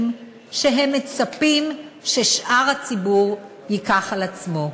שהם מצפים ששאר הציבור ייקח על עצמו.